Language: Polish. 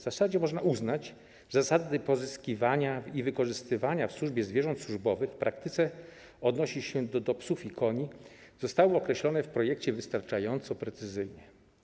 Zasadniczo można uznać, że zasady pozyskiwania i wykorzystywania w służbie zwierząt - w praktyce odnosi się to do psów i koni - zostały określone w projekcie wystarczająco precyzyjnie.